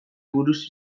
buruz